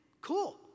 cool